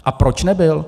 A proč nebyl?